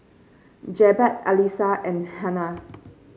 Jebat Alyssa and Hana